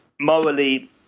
morally